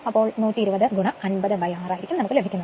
അപ്പോൾ 120 506 നമുക്ക് ലഭിക്കും